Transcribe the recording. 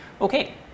Okay